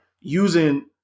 using